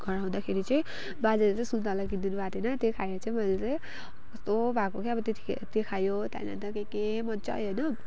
घर आउँदाखेरि चाहिँ बाजेले चाहिँ सुन्ताला किनिदिनु भएको थियो होइन त्यो खाएर चाहिँ मैले चाहिँ कस्तो भएको क्या अब त्यतिखेर त्यो खायो त्यहाँदेखि अन्त के के मज्जा आयो होइन